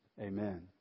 amen